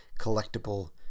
collectible